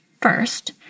First